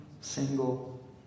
single